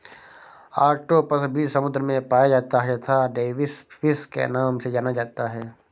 octopus भी समुद्र में पाया जाता है तथा डेविस फिश के नाम से जाना जाता है